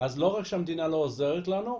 אז לא רק שהמדינה לא עוזרת לנו,